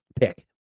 Pick